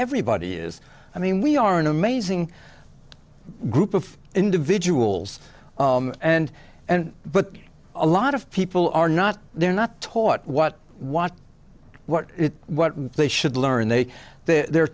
everybody is i mean we are an amazing group of individuals and and but a lot of people are not they're not taught what what what it what they should learn they they're